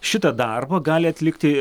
šitą darbą gali atlikti